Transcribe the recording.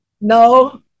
No